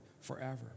forever